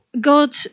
God